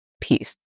peace